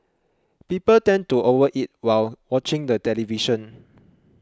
people tend to over eat while watching the television